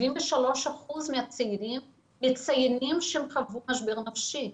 73% מהצעירים מציינים שהם חוו משבר נפשי.